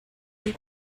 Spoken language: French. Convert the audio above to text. deux